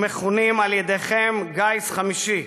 והם מכונים על ידיכם גיס חמישי.